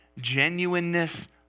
genuineness